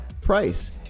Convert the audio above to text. price